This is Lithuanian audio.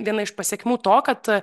viena iš pasekmių to kad